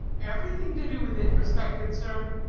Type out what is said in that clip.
everything to do with it, respected sir.